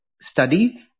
study